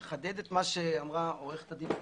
אם לחדד את מה שאמרה עורכת הדין מלמד,